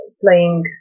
playing